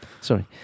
Sorry